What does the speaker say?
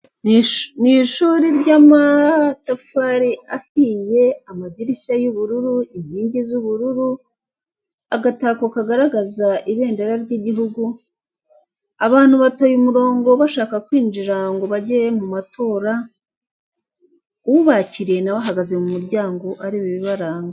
Ni shuri ry'amatafari ahiye amadirishya y'ubururu, inkingi z'ubururu, agatako kagaragaza ibendera ry'igihugu, abantu batoye umurongo bashaka kwinjira ngo bajye mu matora, ubakiriye na we ahagaze mu muryango areba ibibaranga.